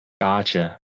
Gotcha